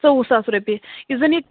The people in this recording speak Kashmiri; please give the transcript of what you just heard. ژوٚوُہ ساس رۄپیہِ یُس زَن یہِ